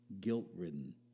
guilt-ridden